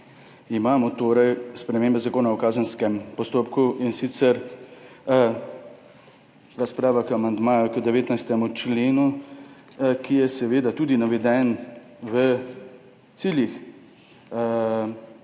Imamo torej spremembe Zakona o kazenskem postopku, in sicer je razprava o amandmaju k 19. členu, ki je seveda tudi naveden v ciljih